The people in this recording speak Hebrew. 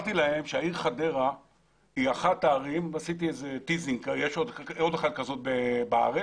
אמרתי להם שהעיר חדרה היא אחת הערים יש עוד אחת כזאת בארץ